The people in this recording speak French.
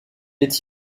est